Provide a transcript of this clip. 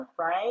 right